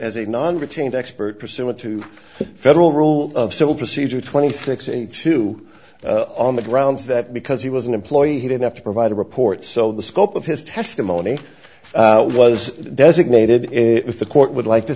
as a non routine expert pursuant to federal rules of civil procedure twenty six and two on the grounds that because he was an employee he didn't have to provide a report so the scope of his testimony was designated if the court would like to